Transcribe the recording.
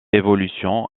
évolution